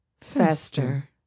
Fester